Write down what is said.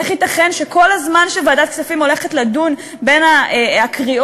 איך ייתכן שכל הזמן שוועדת הכספים הולכת לדון בין הקריאות,